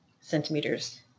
centimeters